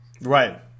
Right